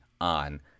on